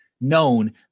known